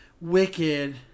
wicked